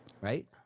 Right